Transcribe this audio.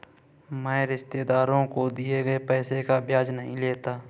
मैं रिश्तेदारों को दिए गए पैसे का ब्याज नहीं लेता